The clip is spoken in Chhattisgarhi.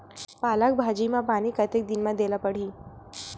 पालक भाजी म पानी कतेक दिन म देला पढ़ही?